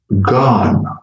gone